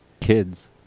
kids